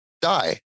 die